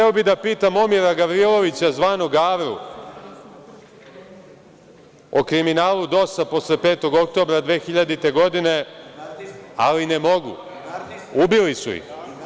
Hteo bih da pitam Momira Gavrilovića, zvanog Gavru, o kriminalu DOS posle 5. oktobra 2000. godine, ali ne mogu, ubili su ih.